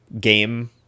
game